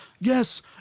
yes